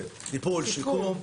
כן, טיפול, שיקום.